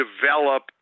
develop